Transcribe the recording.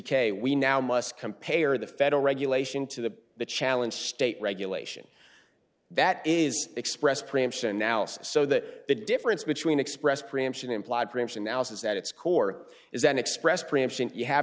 k we now must compare the federal regulation to the the challenge state regulation that is expressed preemption now so that the difference between express preemption implied preemption now says that its core is an express preemption you have